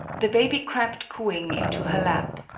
the baby crept cooing into her lap.